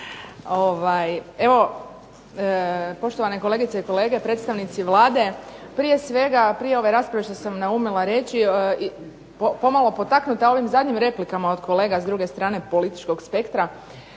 Evo poštovane kolegice i kolege, predstavnici Vlade. Prije svega, prije ove rasprave što sam naumila reći i pomalo potaknuta ovim zadnjim replikama od kolega s druge strane političkog spektra,